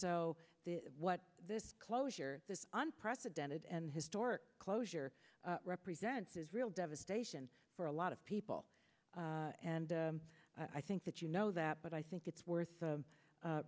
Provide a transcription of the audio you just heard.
so what this closure this unprecedented and historic closure represents is real devastation for a lot of people and i think that you know that but i think it's worth